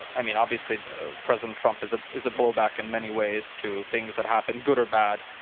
i mean, obviously president trump is a is a blowback in many ways to things that happened, good or bad,